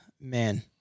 man